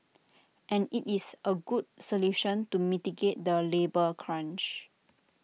and IT is A good solution to mitigate the labour crunch